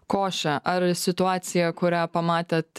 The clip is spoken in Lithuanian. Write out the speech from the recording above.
košę ar situaciją kurią pamatėt